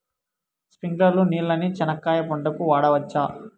స్ప్రింక్లర్లు నీళ్ళని చెనక్కాయ పంట కు వాడవచ్చా?